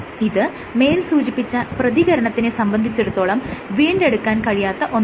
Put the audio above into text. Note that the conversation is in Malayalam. ഇത് മേൽ സൂചിപ്പിച്ച പ്രതികരണത്തിനെ സംബന്ധിച്ചിടത്തോളം വീണ്ടെടുക്കാൻ കഴിയാത്ത ഒന്നാണ്